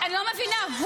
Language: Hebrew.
קריאה ראשונה?